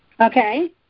Okay